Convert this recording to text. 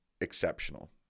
exceptional